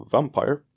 Vampire